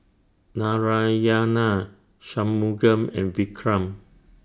Shunmugam and Vikram